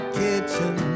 kitchen